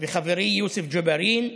וחברי יוסף ג'בארין,